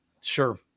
Sure